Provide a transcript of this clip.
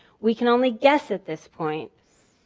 we can only guess at this point.